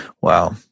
Wow